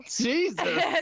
jesus